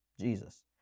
Jesus